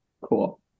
Cool